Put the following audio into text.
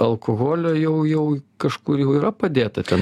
alkoholio jau jau kažkur jau yra padėta ten